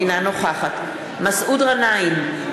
אינה נוכחת מסעוד גנאים,